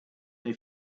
they